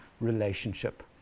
relationship